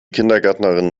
kindergärtnerin